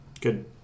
Good